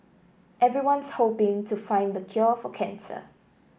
everyone's hoping to find the cure for cancer